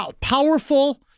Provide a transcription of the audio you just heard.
powerful